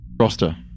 roster